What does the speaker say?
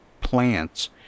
plants